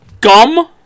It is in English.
Gum